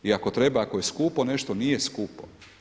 A i ako treba, ako je skupo nešto, nije skupo.